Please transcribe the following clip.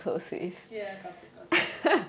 ya got it got it